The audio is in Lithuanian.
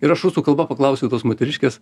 ir aš rusų kalba paklausiau tos moteriškės